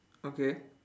okay